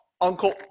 uncle